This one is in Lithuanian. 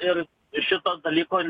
ir iš šitos dalyko